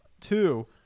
Two